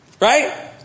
Right